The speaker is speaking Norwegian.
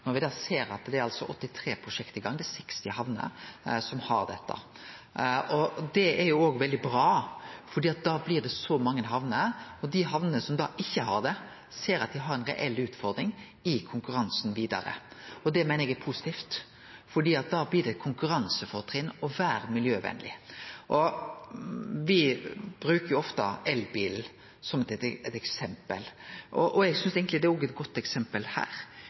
det er 60 hamner som har dette. Det er veldig bra, for når det blir så mange hamner, ser dei hamnene som ikkje har det, at dei har ei reell utfordring i konkurransen vidare. Det meiner eg er positivt, for da blir det eit konkurransefortrinn å vere miljøvenleg. Me brukar ofte elbilen som eit eksempel, og eg synest det er eit godt eksempel her òg, for det viser at når me ser at det er både miljøvenleg, klimavenleg og